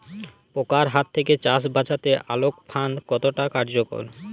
পোকার হাত থেকে চাষ বাচাতে আলোক ফাঁদ কতটা কার্যকর?